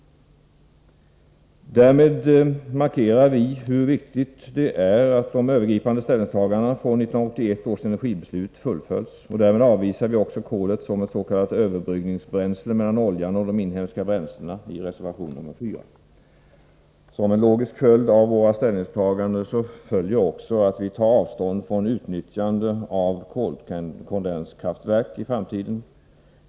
Därmed markerar vi hur viktigt det är att de övergripande ställningstagandena från 1981 års energibeslut fullföljs. Vi avvisar också kolet som ett s.k. överbryggningsbränsle mellan oljan och de inhemska bränslena, vilket framgår av reservation nr 4. Som en logisk följd av våra ställningstaganden tar vi avstånd från utnyttjande av kolkondenskraftverk i framtiden.